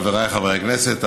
חבריי חברי הכנסת,